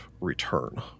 return